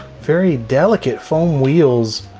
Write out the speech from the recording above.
very delicate foam wheels